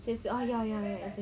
since ah ya ya exactly